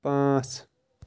پانٛژ